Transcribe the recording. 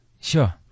sure